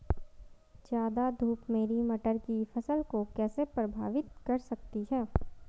ज़्यादा धूप मेरी मटर की फसल को कैसे प्रभावित कर सकती है?